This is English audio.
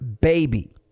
baby